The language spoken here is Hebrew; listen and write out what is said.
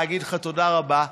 להגיד לך תודה רבה,